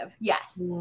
yes